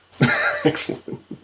Excellent